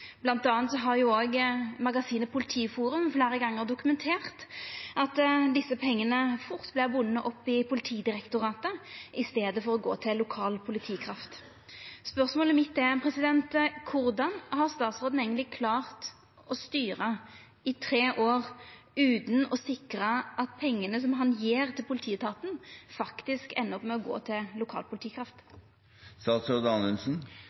har magasinet Politiforum fleire gonger dokumentert at desse pengane fort vert bundne opp i Politidirektoratet i staden for å gå til lokal politikraft. Spørsmålet mitt er: Korleis har statsråden eigentleg klart å styra i tre år utan å sikra at pengane som han gjev til politietaten, faktisk endar opp med å gå til lokal